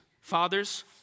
fathers